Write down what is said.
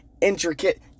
intricate